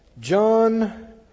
John